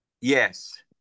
Yes